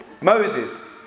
Moses